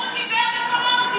הוא דיבר בקולו.